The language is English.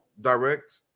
direct